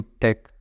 tech